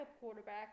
quarterback